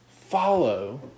follow